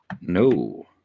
No